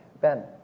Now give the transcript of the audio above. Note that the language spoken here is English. Ben